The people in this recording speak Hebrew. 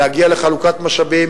להגיע לחלוקת משאבים